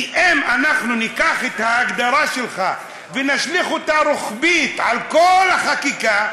כי אם אנחנו ניקח את ההגדרה שלך ונשליך אותה רוחבית על כל החקיקה,